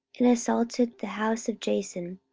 and assaulted the house of jason,